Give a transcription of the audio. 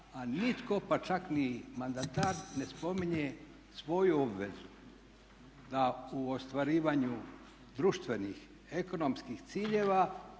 a nitko pa ček ni mandatar ne spominje svoju obvezu da u ostvarivanju društvenih, ekonomskih ciljeva